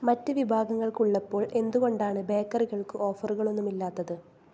മറ്റ് വിഭാഗങ്ങൾക്ക് ഉള്ളപ്പോൾ എന്തുകൊണ്ടാണ് ബേക്കറികൾക്ക് ഓഫറുകളൊന്നുമില്ലാത്തത്